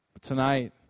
Tonight